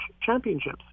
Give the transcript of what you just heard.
Championships